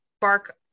bark